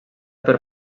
per